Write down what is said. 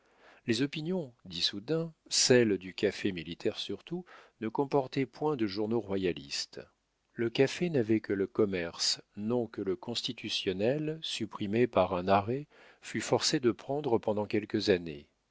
les opinions d'issoudun celles du café militaire surtout ne comportaient point de journaux royalistes le café n'avait que le commerce nom que le constitutionnel supprimé par un arrêt fut forcé de prendre pendant quelques années